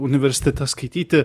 universitete skaityti